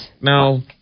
no